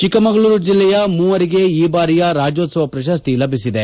ಚಿಕ್ಕಮಗಳೂರು ಜಿಲ್ಲೆಯ ಮೂವರಿಗೆ ಈ ಬಾರಿಯ ರಾಜ್ಯೊತ್ಸವ ಪ್ರಶಸ್ತಿ ಲಭಿಸಿದೆ